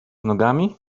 nogami